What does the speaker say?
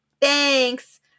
Thanks